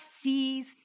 sees